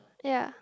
ya